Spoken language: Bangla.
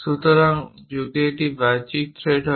সুতরাং যদি এটি বাহ্যিক থ্রেড হয়